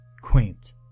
quaint